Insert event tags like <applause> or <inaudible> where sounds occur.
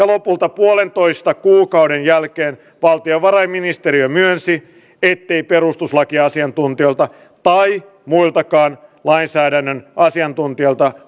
<unintelligible> lopulta puolentoista kuukauden jälkeen valtiovarainministeriö myönsi ettei perustuslakiasiantuntijoilta tai muiltakaan lainsäädännön asiantuntijoilta <unintelligible>